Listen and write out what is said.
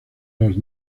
los